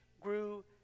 grew